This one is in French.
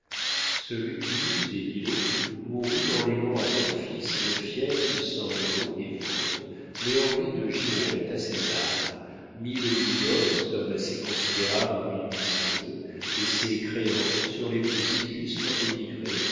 ce lucullus des milaud mourut en léguant à son fils le fief sans lods et ventes mais orné de girouettes à ses armes mille louis d'or somme assez considérable en et ses créances sur les plus illustres émigrés